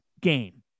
game